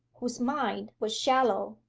whose mind was shallow,